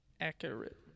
Accurate